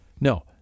No